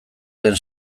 den